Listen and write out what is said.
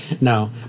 no